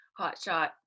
hotshot